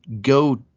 go